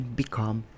become